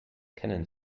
kennen